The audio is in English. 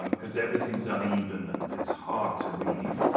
um cuz everything's uneven and it's hard to read.